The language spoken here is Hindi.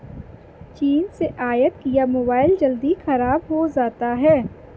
चीन से आयत किया मोबाइल जल्दी खराब हो जाता है